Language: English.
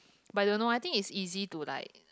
but don't know I think is easy to like